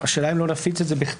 השאלה אם לא להפיץ את זה בכתב?